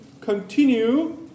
continue